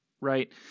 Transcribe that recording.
right